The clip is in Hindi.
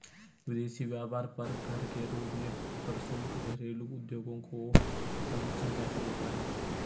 विदेशी व्यापार पर कर के रूप में प्रशुल्क घरेलू उद्योगों को संरक्षण कैसे देता है?